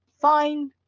fine